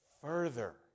further